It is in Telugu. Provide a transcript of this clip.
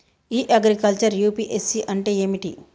ఇ అగ్రికల్చర్ యూ.పి.ఎస్.సి అంటే ఏమిటి?